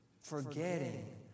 forgetting